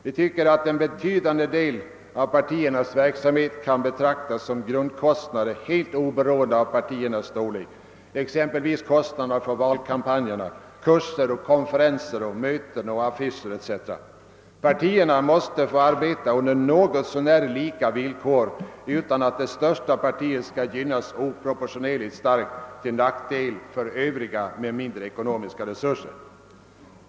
Vi tycker att en betydande del av utgifterna för partiernas verksamhet kan betraktas som grundkostnader helt oberoende av partiernas storlek, exempelvis kostnader för valkampanjerna, kurser, konferenser, möten, affischer etc. Partierna måste få arbeta under något så när lika villkor utan att det största partiet skall gynnas oproportionerligt starkt, vilket blir till nackdel för övriga partier med mindre ekonomiska resurser.